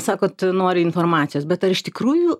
sakot nori informacijos bet ar iš tikrųjų